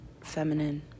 feminine